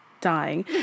dying